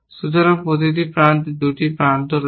সুতরাং প্রতিটি প্রান্তের 2টি প্রান্ত রয়েছে